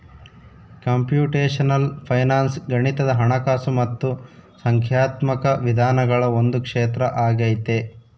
computational finance ಗಣಿತದ ಹಣಕಾಸು ಮತ್ತು ಸಂಖ್ಯಾತ್ಮಕ ವಿಧಾನಗಳ ಒಂದು ಕ್ಷೇತ್ರ ಆಗೈತೆ